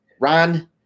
Ron